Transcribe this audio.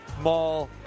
mall